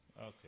Okay